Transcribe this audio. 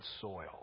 soil